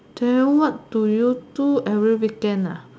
then what do you do every weekend